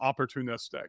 opportunistic